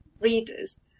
readers